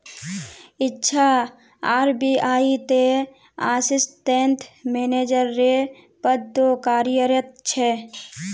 इच्छा आर.बी.आई त assistant manager रे पद तो कार्यरत छे